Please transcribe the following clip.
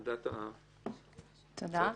עמדת הממשלה.